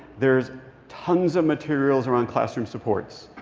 there's tons of materials around classroom supports.